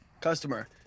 Customer